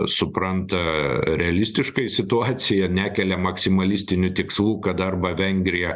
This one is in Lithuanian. supranta realistiškai situaciją nekelia maksimalistinių tikslų kad arba vengrija